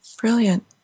Brilliant